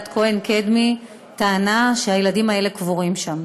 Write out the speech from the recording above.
כהן-קדמי טענה שהילדים האלה קבורים שם.